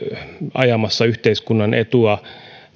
ajamassa yhteiskunnan etua